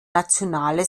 nationale